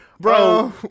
Bro